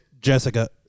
jessica